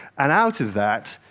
and out of that,